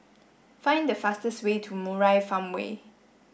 find the fastest way to Murai Farmway